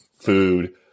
food